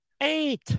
eight